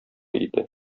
иде